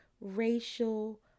racial